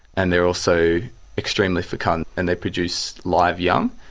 and they are also extremely fecund and they produce live young,